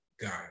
God